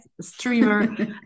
streamer